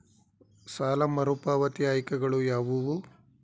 ಸಾಲ ಮರುಪಾವತಿ ಆಯ್ಕೆಗಳು ಯಾವುವು?